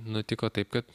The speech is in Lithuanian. nutiko taip kad